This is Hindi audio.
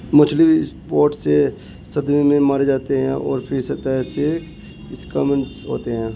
मछली विस्फोट से सदमे से मारे जाते हैं और फिर सतह से स्किम्ड होते हैं